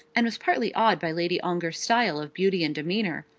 and was partly awed by lady ongar's style of beauty and demeanour,